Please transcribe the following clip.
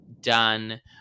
done